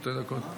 שתי דקות?